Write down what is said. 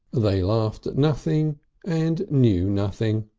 they laughed at nothing and knew nothing,